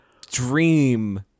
dream